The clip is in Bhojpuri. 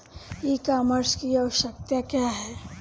ई कॉमर्स की आवशयक्ता क्या है?